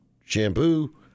shampoo